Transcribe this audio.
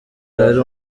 hari